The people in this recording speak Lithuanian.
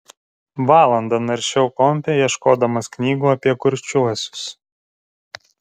valandą naršiau kompe ieškodamas knygų apie kurčiuosius